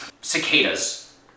Cicadas